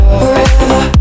forever